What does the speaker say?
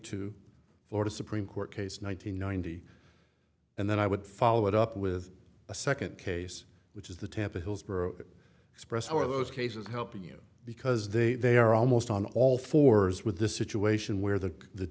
two florida supreme court case nine hundred ninety and then i would follow it up with a second case which is the tampa hillsborough express how are those cases helping you because they they are almost on all fours with this situation where the